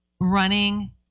Running